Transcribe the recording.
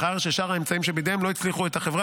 אחרי ששאר האמצעים שבידיהם לא יצליחו להביא את החברה